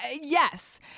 yes